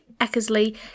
Eckersley